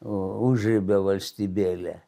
užribio valstybėlė